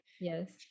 yes